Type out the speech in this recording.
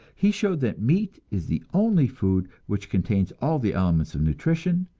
he showed that meat is the only food which contains all the elements of nutrition,